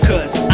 Cause